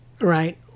right